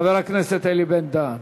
חבר הכנסת אלי בן-דהן.